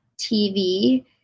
TV